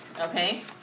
Okay